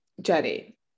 Jenny